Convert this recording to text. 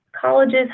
colleges